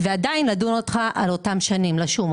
ועדיין לשום אותך על אותן השנים.